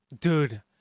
Dude